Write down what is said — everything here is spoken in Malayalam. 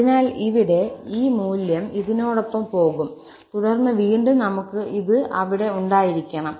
അതിനാൽ ഇവിടെ ഈ മൂല്യം ഇതിനോടൊപ്പം പോകും തുടർന്ന് വീണ്ടും നമുക്ക് ഇത് അവിടെ ഉണ്ടായിരിക്കണം